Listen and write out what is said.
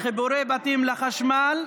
חיבור בתים לחשמל),